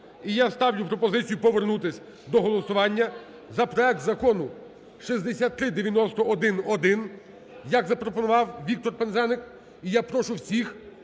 І я ставлю пропозицію повернутись до голосування за проект Закону 6391-1, як запропонував Віктор Пинзеник. І я прошу всіх